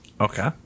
okay